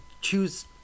Choose